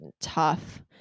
tough